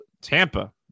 Tampa